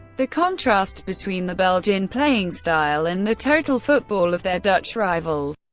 the contrast between the belgian playing style and the total football of their dutch rivals